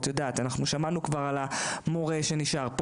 אנחנו שמענו כבר על המורה שנשאר,